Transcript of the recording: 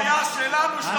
זו הבעיה, שאתה עוד מדבר פה.